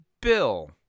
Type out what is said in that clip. Bill